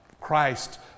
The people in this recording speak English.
Christ